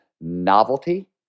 Novelty